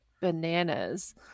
bananas